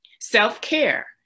Self-care